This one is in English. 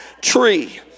tree